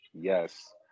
yes